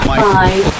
five